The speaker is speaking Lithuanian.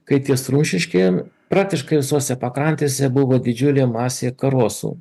kai ties rumšiškėm praktiškai visose pakrantėse buvo didžiulė masė karosų